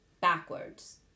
backwards